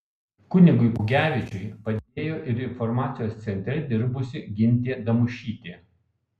kunigui pugevičiui padėjo ir informacijos centre dirbusi gintė damušytė